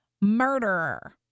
murderer